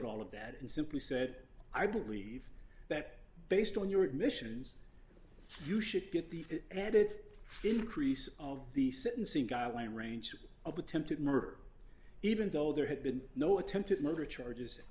at all of that and simply said i believe that based on your admissions you should get the added increase of the sentencing guideline range of attempted murder even though there have been no attempted murder charges